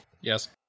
Yes